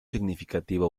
significativo